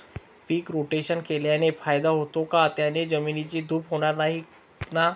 पीक rotation केल्याने फायदा होतो का? त्याने जमिनीची धूप होणार नाही ना?